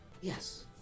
Yes